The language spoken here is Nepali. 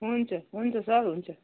हुन्छ हुन्छ सर हुन्छ